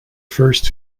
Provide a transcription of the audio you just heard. first